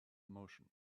motion